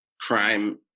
Crime